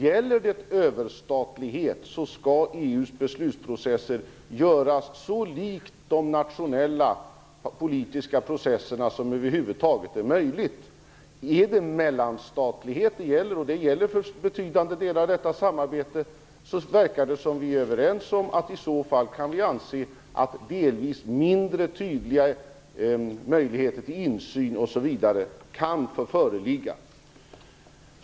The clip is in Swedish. Gäller det överstatlighet, skall EU:s beslutsprocesser göras så lika de nationella politiska processerna som över huvud taget är möjligt. Är det fråga om mellanstatlighet - och det gäller för betydande delar av detta samarbete - förefaller det som att vi är överens om att det i så fall kan få föreligga vissa mindre tydliga möjligheter till insyn.